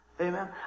Amen